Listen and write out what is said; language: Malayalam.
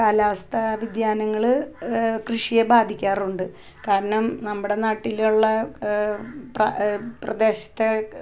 കാലാവസ്ഥ വ്യതിയാനങ്ങള് കൃഷിയെ ബാധിക്കാറുണ്ട് കാരണം നമ്മുടെ നാട്ടിലുള്ള പ്രാ പ്രദേശത്തെ